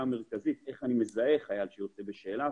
המרכזית: איך אני מזהה חייל שיוצא בשאלה?